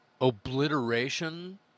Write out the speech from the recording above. obliteration